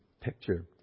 picture